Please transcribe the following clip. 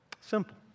Simple